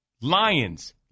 Lions